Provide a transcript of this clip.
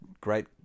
great